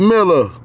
Miller